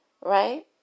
right